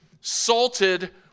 salted